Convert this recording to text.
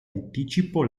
anticipo